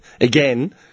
again